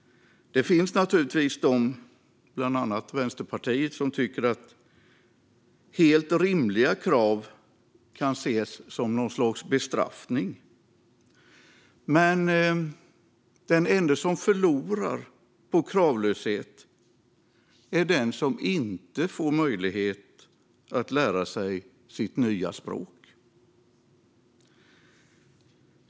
Det finns naturligtvis de, bland annat i Vänsterpartiet, som tycker att helt rimliga krav kan ses som något slags bestraffning. Men den enda som förlorar på kravlöshet är den som inte får möjlighet att lära sig sitt nya språk.